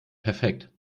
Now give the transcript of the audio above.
perfekt